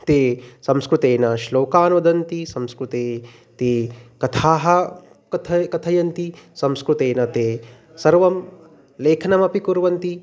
ते संस्कृते श्लोकान् वदन्ति संस्कृते ते कथाः कथयन्ति संस्कृतेन ते सर्वं लेखनमपि कुर्वन्ति